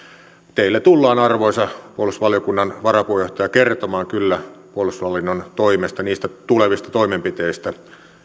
teille tullaan arvoisa puolustusvaliokunnan varapuheenjohtaja kertomaan kyllä puolustushallinnon toimesta niistä tulevista toimenpiteistä